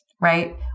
right